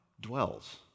dwells